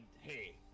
hey